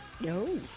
No